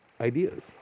ideas